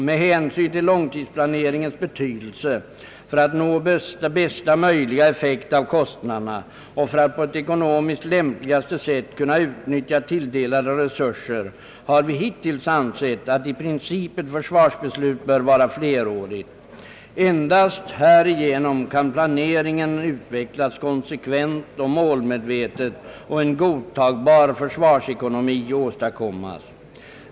Med hänsyn till långtidsplaneringens betydelse för att nå bästa möjliga effekt av kostnaderna och för att på ekonomiskt lämpligaste sätt kunna utnyttja tilldelade resurser, har vi hittills ansett att ett försvarsbeslut i princip bör vara flerårigt. Endast härigenom kan planeringen utvecklas konsekvent och målmedvetet och en godtagbar försvarsekonomi åstadkommas.